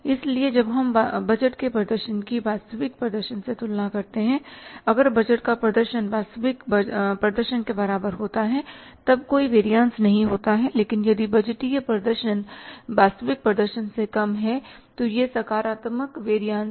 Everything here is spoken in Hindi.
इसलिए जब हम बजट के प्रदर्शन की वास्तविक प्रदर्शन से तुलना करते हैं अगर बजट का प्रदर्शन वास्तविक प्रदर्शन के बराबर होता है और तब कोई वेरियस नहीं होता है लेकिन यदि बजटीय प्रदर्शन वास्तविक प्रदर्शन से कम है तो यह सकारात्मक वेरियस है